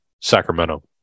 Sacramento